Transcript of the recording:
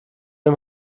dem